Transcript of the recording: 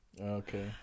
Okay